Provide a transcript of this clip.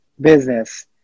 business